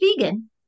vegan